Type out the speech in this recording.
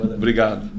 obrigado